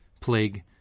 plague